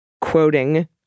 quoting